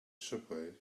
subway